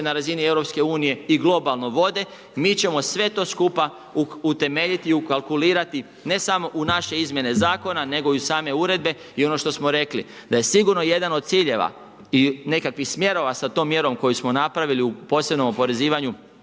na razini EU i globalno vode. Mi ćemo sve to skupa utemeljiti, ukalkulirati, ne samo u naše izmjene zakona, nego i u same uredbe. I ono što smo rekli, da je sigurno jedan od ciljeva i nekakvih smjerova, s tom mjerom koju smo napravili u posljednjom oporezivanju,